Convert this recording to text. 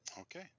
okay